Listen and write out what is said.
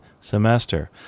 semester